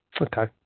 okay